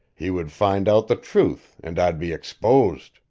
he would find out the truth and i'd be exposed.